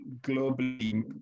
globally